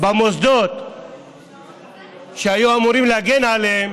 במוסדות שהיו אמורים להגן עליהם